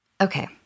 Okay